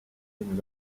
been